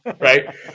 Right